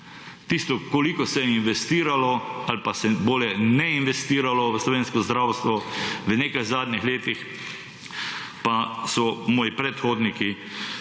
Tisto, koliko se je investiralo ali pa bolje ne-investiralo v slovensko zdravstvo v nekaj zadnjih letih, pa so moji predhodniki